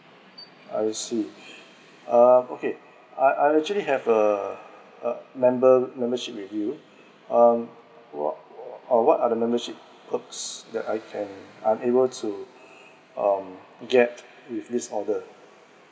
I see um okay I I actually have a uh member membership with you um what what are the membership perks that I can are able to um get with these order